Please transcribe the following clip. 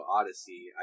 Odyssey